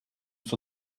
for